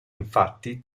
infatti